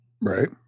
right